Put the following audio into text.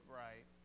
right